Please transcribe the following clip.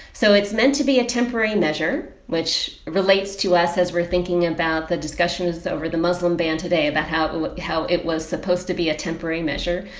so it's meant to be a temporary measure, which relates to us says we're thinking about the discussions over the muslim ban today about how how it was supposed to be a temporary measure.